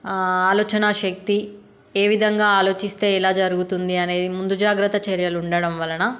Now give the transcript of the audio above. ఆలోచనా శక్తి ఏ విధంగా ఆలోచిస్తే ఎలా జరుగుతుంది అనేది ముందు జాగ్రత్త చర్యలు ఉండడం వలన